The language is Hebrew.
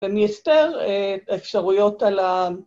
ואני אסתר את האפשרויות על ה...